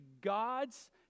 God's